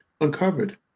uncovered